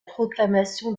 proclamation